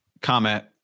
Comment